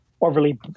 overly